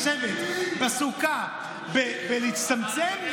שצריכה לשבת בסוכה ולהצטמצם?